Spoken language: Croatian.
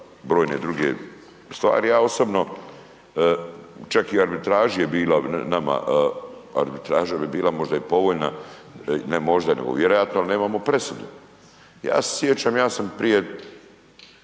brojne druge stvari. Ja osobno čak i arbitraža bi bila nama, arbitraža bi bila možda i povoljna, ne možda nego vjerojatno ali nemamo presudu. Ja se sjećam ja sam prije